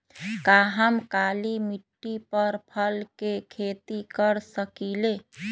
का हम काली मिट्टी पर फल के खेती कर सकिले?